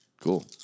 Cool